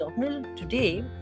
today